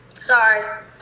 Sorry